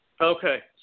Okay